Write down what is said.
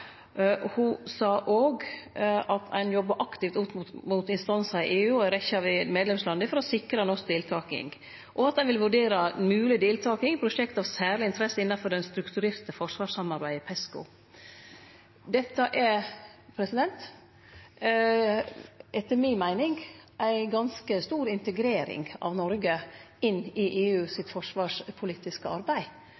Ho sa òg at ein jobba aktivt opp mot instansar i EU og ei rekkje av medlemslanda for å sikre norsk deltaking, og at ein vil «vurdere mulig deltakelse i prosjekter av særlig interesse innenfor det strukturerte forsvarssamarbeidet, Pesco.» Dette er etter mi meining ei ganske stor integrering av Noreg inn i EU